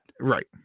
Right